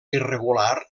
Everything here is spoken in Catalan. irregular